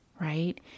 right